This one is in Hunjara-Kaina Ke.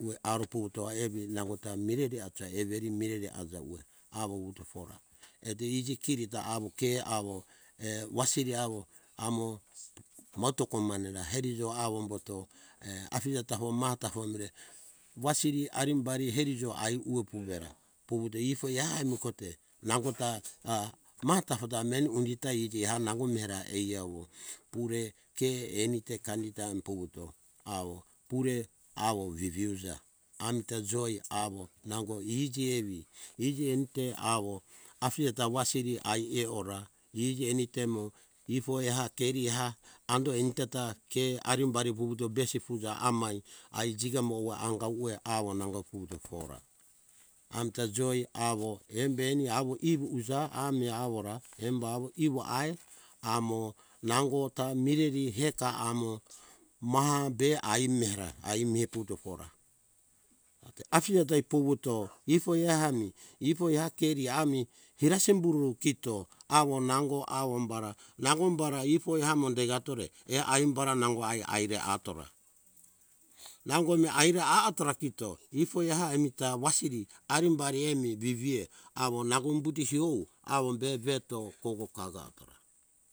Uwe aro puvuto ai evi nangota mireri aja everi mireri aja uwe awo wutufora eto iji kirito awo ke awo err wasiri awo amo moto komanera herizo awo umbuto err afije ta hom mata homre wasiri arimbari erijo aiu purera puvuto ifoi ehami kote nangota ah mata da meni undita ta iji ah nango miera eiawo pure ke eni te kanita am puvuto awo pure awo viviuza amta joi awo nango iji evi iji enite awo afije ta wasiri ai eora iji enite mo ifoi ateri eha ando iteta ke arimbari vuvuto besi fuja amai ai jigamowa anga uwe awo nango puvuto fora amta joi awo embeni awo ivu uja ami awora embo awo iwo ai amo nangota mireri heta amo maha be ai mera ai me puto fora ate afije ta puvuto ifoi ehami ifoi eha keri ami era simbu rou kito awo nango awo ombara nango ombara ifoi amo degatore err aimbara nango ai ai re atora nango mi aire ah atora kito ifoi eha emita wasiri arimbari emi vivie awo nango umbuti fio awo be ve to kogo kaga atora